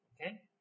Okay